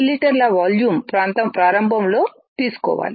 లీ volume ప్రారంభంలో తీసుకోవాలి